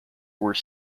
were